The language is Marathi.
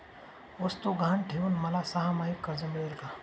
वस्तू गहाण ठेवून मला सहामाही कर्ज मिळेल का?